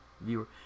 viewer